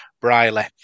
Briley